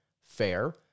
Fair